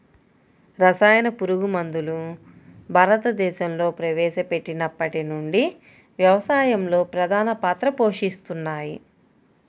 రసాయన పురుగుమందులు భారతదేశంలో ప్రవేశపెట్టినప్పటి నుండి వ్యవసాయంలో ప్రధాన పాత్ర పోషిస్తున్నాయి